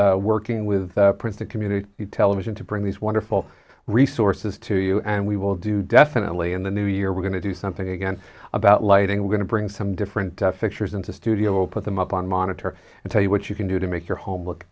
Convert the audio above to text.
with working with prince the community television to bring these wonderful resources to you and we will do definitely in the new year we're going to do something again about lighting we're going to bring some different factors into studio put them up on monitor and tell you what you can do to make your home look